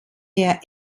der